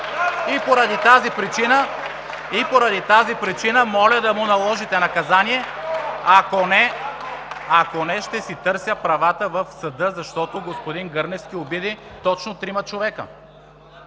И поради тази причина моля да му наложите наказание. Ако не, ще си търся правата в съда, защото господин Гърневски обиди точно трима човека.